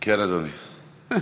השר,